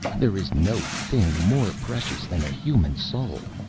there is no thing more precious than a human soul,